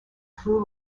flu